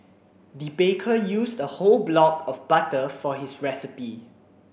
the baker used a whole block of butter for his recipe